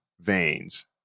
veins